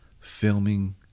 filming